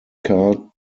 card